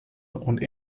und